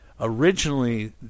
Originally